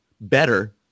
better